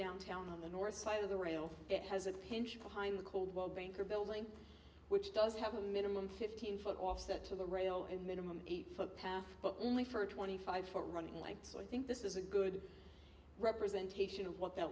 downtown on the north side of the rail it has a pinch behind the coldwell banker building which does have a minimum fifteen foot offset to the rail and minimum eight foot path but only for a twenty five foot running like so i think this is a good representation of what that